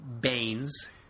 Baines